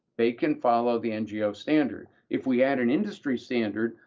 they can follow the ngo standard. if we add an industry standard,